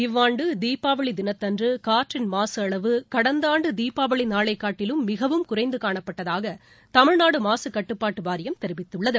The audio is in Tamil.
இவ்வாண்டு தீபாவளி தினத்தன்று காற்றின் மாசு அளவு கடந்த ஆண்டு தீபாவளி நாளைக் காட்டிலும் மிகவும் குறைந்து காணப்பட்டதாக தமிழ்நாடு மாசுக்கட்டுப்பாட்டு வாரியம் தெரிவித்துள்ளது